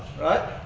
right